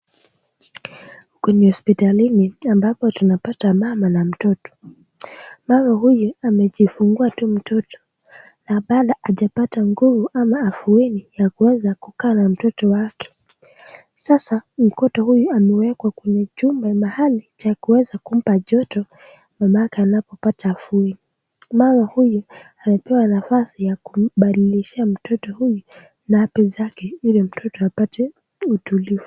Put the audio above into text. Huku ni hospitalini ambapo tunapata mama na mtoto. Mama huyu amejifungua tu mtoto na bado hajapata nguvu ama afueni ya kuweza kukaa na mtoto wake. Sasa mtoto huyu amewekwa kwenye chumba mahali cha kuweza kumpa joto mamake anapopata afueni. Mama huyu amepewa nafasi ya kumbadilishia mtoto huyu napi zake ili mtoto apate utulivu